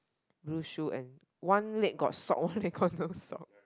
blue shoe and one leg got sock one leg got no sock